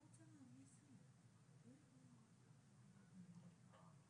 אבל יש --- יש לנו את ההסתייגויות של "המחנה הממלכתי".